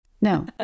No